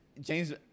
James